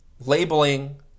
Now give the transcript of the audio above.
labeling